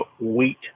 wheat